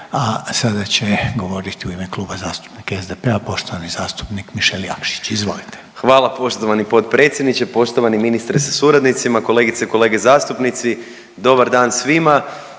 a sada će govoriti u ime Kluba zastupnika SDP-a poštovani zastupnik Mišel Jakšić. Izvolite. **Jakšić, Mišel (SDP)** Hvala poštovani potpredsjedniče. Poštovani ministre sa suradnicima, kolegice i kolege zastupnici, dobar dan svima.